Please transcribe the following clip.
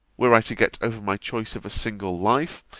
were i to get over my choice of a single life,